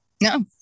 No